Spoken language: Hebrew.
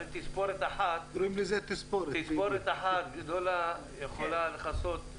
תספורת אחת גדולה יכולה לכסות.